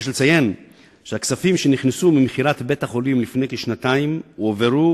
יש לציין שהכספים שנכנסו ממכירת בית-החולים לפני כשנתיים הועברו